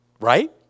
Right